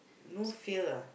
no fear ah